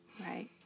Right